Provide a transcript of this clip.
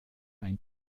ein